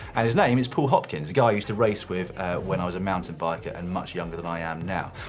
and his name is paul hopkins, a guy i used to race with when i was a mountain biker, and much younger than i am now.